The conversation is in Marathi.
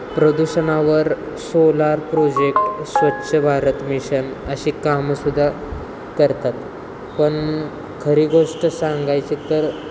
प्रदूषणावर solar project Swachh Bharat mission अशी कामंसुद्धा करतात पण खरी गोष्ट सांगायची तर